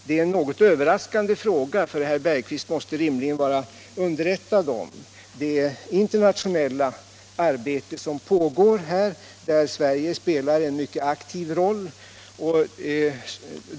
Det är en något överraskande fråga, för herr Bergqvist måste rimligen vara underrättad om det internationella arbete som pågår och där Sverige spelar en mycket aktiv roll.